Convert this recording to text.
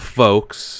folks